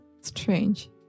strange